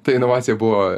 tai inovacija buvo